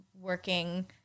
working